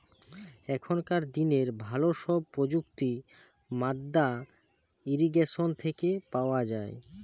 এখনকার দিনের ভালো সব প্রযুক্তি মাদ্দা ইরিগেশন থেকে পাওয়া যায়